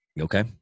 Okay